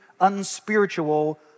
unspiritual